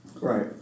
Right